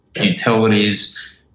utilities